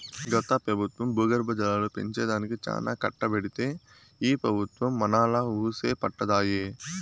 గత పెబుత్వం భూగర్భ జలాలు పెంచే దానికి చానా కట్టబడితే ఈ పెబుత్వం మనాలా వూసే పట్టదాయె